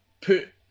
put